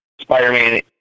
Spider-Man